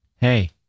Hey